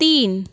तीन